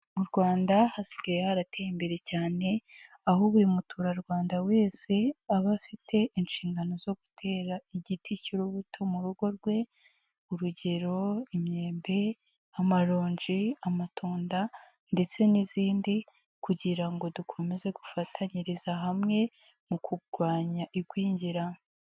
Mu Rwanda hasigaye harateye imbere cyane aho buri muturarwanda wese aba afite inshingano zo gutera igiti cy'urubuto mu rugo rwe, urugero imyembe, amaronji, amatunda ndetse n'izindi kugira ngo dukomeze gufatanyiriza hamwe mu kurwanya igwingira.